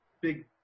big